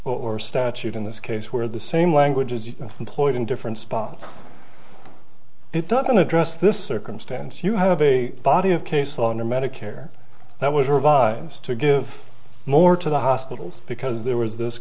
or statute in this case where the same language is employed in different spots it doesn't address this circumstance you have a body of case law under medicare that was revised to give more to the hospitals because there was this